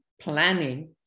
planning